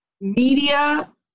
media